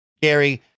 gary